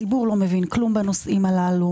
הציבור לא מבין כלום בנושאים הללו.